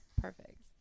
Perfect